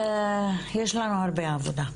יש לנו הרבה עבודה.